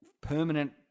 permanent